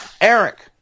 Eric